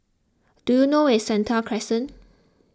do you know where is Sentul Crescent